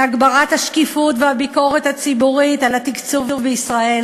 בהגברת השקיפות והביקורת הציבורית על התקצוב בישראל,